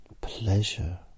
pleasure